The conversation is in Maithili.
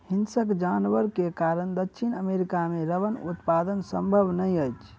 हिंसक जानवर के कारण दक्षिण अमेरिका मे रबड़ उत्पादन संभव नै अछि